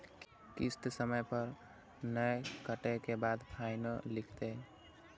किस्त समय पर नय कटै के बाद फाइनो लिखते?